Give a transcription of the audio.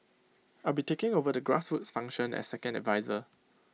I'll be taking over the grassroots function as second adviser